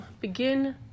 Begin